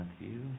Matthew